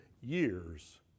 years